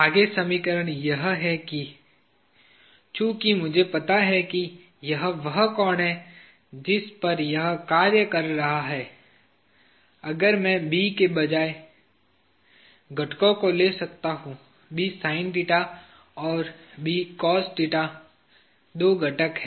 आगे सरलीकरण यह है कि चूंकि मुझे पता है कि यह वह कोण है जिस पर यह कार्य कर रहा है अब मैं B के बजाय घटकों को ले सकता हूं और दो घटक हैं